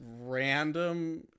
random